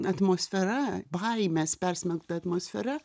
atmosfera baimės persmelkta atmosfera